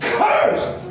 cursed